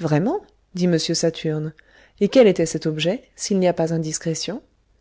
vraiment dit m saturne et quel était cet objet s'il n'y a pas indiscrétion